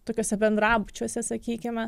tokiuose bendrabučiuose sakykime